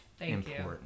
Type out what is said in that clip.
important